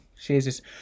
Jesus